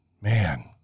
man